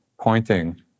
pointing